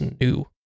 new